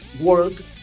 world